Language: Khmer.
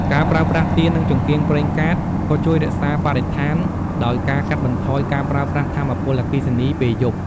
ការប្រើប្រាស់ទៀន និងចង្កៀងប្រេងកាតក៏ជួយរក្សាបរិស្ថានដោយការកាត់បន្ថយការប្រើប្រាស់ថាមពលអគ្គិសនីពេលយប់។